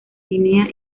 guinea